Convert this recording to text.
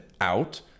out